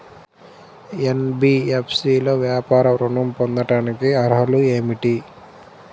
NBFC లో వ్యాపార ఋణం పొందటానికి అర్హతలు ఏమిటీ?